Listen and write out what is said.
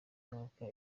mwaka